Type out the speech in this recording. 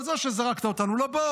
על זה שנזרקת לבור,